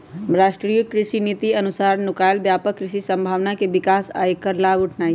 राष्ट्रीय कृषि नीति अनुसार नुकायल व्यापक कृषि संभावना के विकास आ ऐकर लाभ उठेनाई